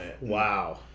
Wow